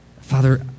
Father